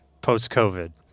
post-COVID